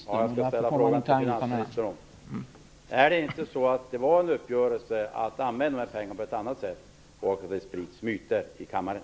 Herr talman! Jag skall ställa frågan till finansministern. Är det inte så att det fanns en uppgörelse att använda dessa pengar på annat sätt, och att det sprids myter i kammaren?